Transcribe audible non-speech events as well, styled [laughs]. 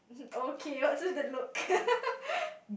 okay what's with that look [laughs]